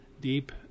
deep